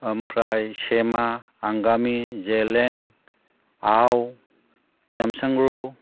ओमफ्राय सेमा आंगामि जेलें आव येमसांरु